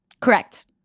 Correct